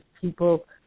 people